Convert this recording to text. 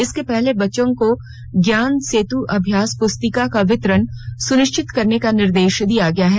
इसके पहले बच्चों को ज्ञान सेतू अभ्यास पुस्तिका का वितरण सुनिश्चित करने का निर्देश दिया गया है